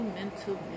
Mental